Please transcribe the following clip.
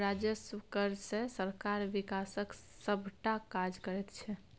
राजस्व कर सँ सरकार बिकासक सभटा काज करैत छै